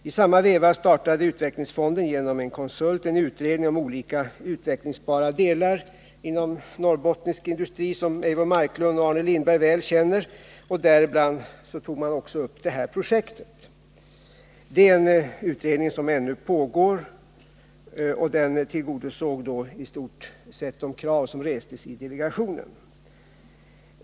I samma veva startade utvecklingsfonden genom en konsult en utredning om olika utvecklingsbara delar inom norrbottnisk industri, vilket Eivor Marklund och Arne Lindberg väl känner till, och tog däribland också upp detta projekt. Den utredningen pågår ännu, och den tillgodosåg i stort sett de krav som restes i delegationen.